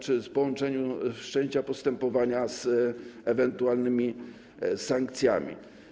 Chodzi o połączenie wszczęcia podstępowania z ewentualnymi sankcjami.